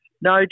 no